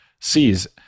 sees